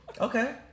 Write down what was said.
Okay